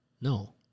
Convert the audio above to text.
No